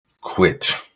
quit